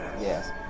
Yes